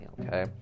Okay